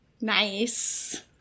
Nice